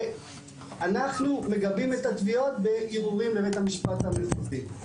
אנחנו מגבים את התביעות בערעורים לבית המשפט המחוזי.